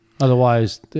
Otherwise